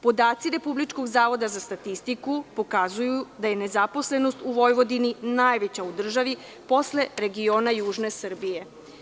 Podaci Republičkog zavoda za statistiku pokazuju da je nezaposlenost u Vojvodini najveća u državi posle regiona južne Srbije.